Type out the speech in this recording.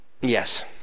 Yes